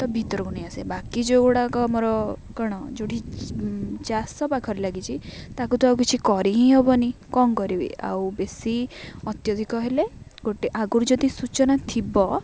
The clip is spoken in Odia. ତ ଭିତରକୁ ନେଇ ଆସେ ବାକି ଯେଉଁ ଗୁଡ଼ାକ ଆମର କ'ଣ ଯେଉଁଠି ଚାଷ ପାଖରେ ଲାଗିଛି ତାକୁ ତ ଆଉ କିଛି କରି ହିଁ ହେବନି କ'ଣ କରିବି ଆଉ ବେଶୀ ଅତ୍ୟଧିକ ହେଲେ ଗୋଟେ ଆଗରୁ ଯଦି ସୂଚନା ଥିବ